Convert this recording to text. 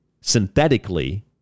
synthetically